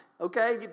Okay